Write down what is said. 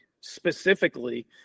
specifically